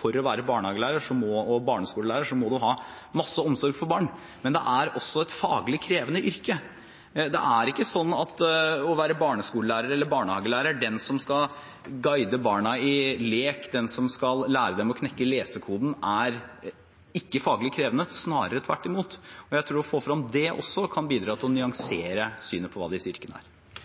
for å være barnehagelærer og barneskolelærer må en ha masse omsorg for barn, men det er også et faglig krevende yrke. Det er ikke sånn at det å være barneskolelærer eller barnehagelærer – den som skal guide barna i lek, den som skal lære dem å knekke leseskoden – ikke er faglig krevende, snarere tvert imot. Jeg tror at å få fram det også kan bidra til å